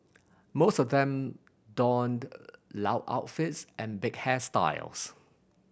most of them donned loud outfits and big hairstyles